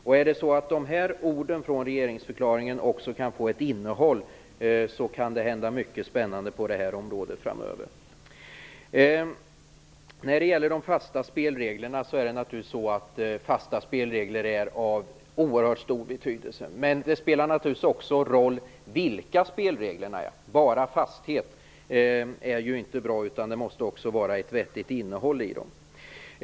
Om orden i regeringsförklaringen också kan få ett innehåll, så kan det hända mycket spännande på det här området framöver. Fasta spelregler är naturligtvis av oerhört stor betydelse. Men det spelar också roll vilka spelreglerna är. Bara fasthet är ju inte bra, utan det måste också vara ett vettigt innehåll i dem.